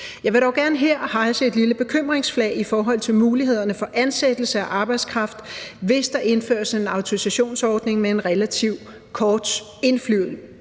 Jeg vil dog gerne her rejse et lille bekymringsflag i forhold til mulighederne for ansættelse af arbejdskraft, hvis der indføres en autorisationsordning med en relativt kort indflyvning.